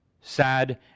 sad